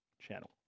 channel